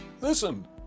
Listen